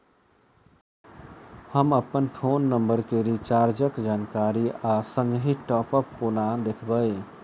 हम अप्पन phone number केँ रिचार्जक जानकारी आ संगहि टॉप अप कोना देखबै?